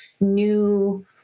new